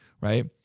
Right